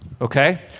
Okay